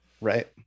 Right